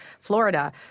Florida